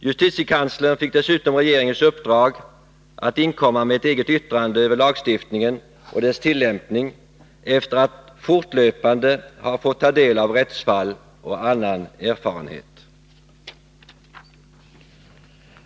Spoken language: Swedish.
Justitiekanslern fick dessutom regeringens uppdrag att inkomma med ett eget yttrande över lagstiftningen och dess tillämpning efter att fortlöpande ha fått ta del av rättsfall och annan erfarenhet.